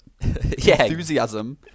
enthusiasm